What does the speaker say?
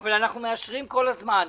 אבל אנחנו מאשרים כל הזמן.